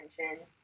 attention